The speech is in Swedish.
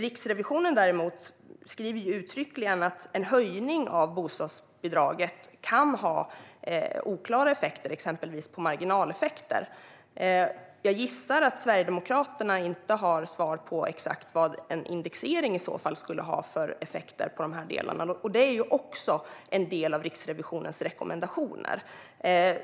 Riksrevisionen däremot skriver uttryckligen att en höjning av bostadsbidraget kan ha oklara effekter, exempelvis marginaleffekter. Jag gissar att Sverigedemokraterna inte har svar på exakt vad en indexering skulle ha för effekter på de här delarna. Det är ju också en del av Riksrevisionens rekommendationer.